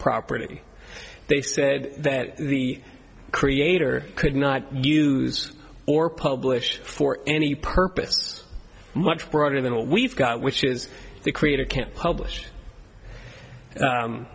property they said that the creator could not use or publish for any purpose much broader than what we've got which is the creator can't publish